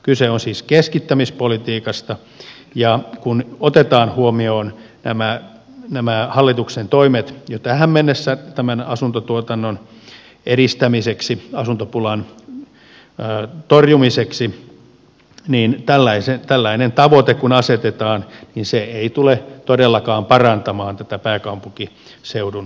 kyse on siis keskittämispolitiikasta ja kun otetaan huomioon nämä hallituksen toimet jo tähän mennessä tämän asuntotuotannon edistämiseksi asuntopulan torjumiseksi niin tällainen tavoite kun asetetaan se ei tule todellakaan parantamaan tätä pääkaupunkiseudun tilannetta